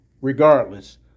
regardless